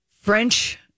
French